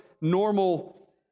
normal